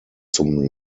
zum